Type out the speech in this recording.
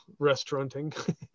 restauranting